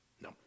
No